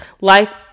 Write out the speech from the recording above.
Life